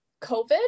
covid